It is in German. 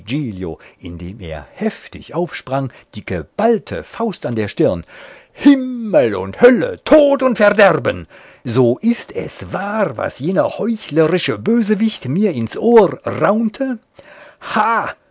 indem er heftig aufsprang die geballte faust an der stirn himmel und hölle tod und verderben so ist es wahr was jener heuchlerische bösewicht mir ins ohr raunte ha